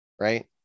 Right